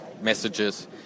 messages